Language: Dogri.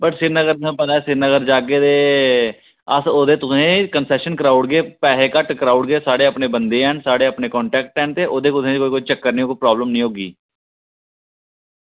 होर सिरीनगर तुसेंगी पता की सिरीनगर जाह्गे ते अस ओह्दे ई तुसें ई कंसेशन कराई ओड़गे पैसे घट्ट कराई ओड़गे साढ़े ऐसे बंदे न साढ़े ऐसे कंटेक्ट न जेह्दे तुसेंगी कोई प्रॉब्लम निं होगी